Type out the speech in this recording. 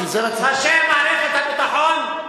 בשביל זה, ראשי מערכת הביטחון.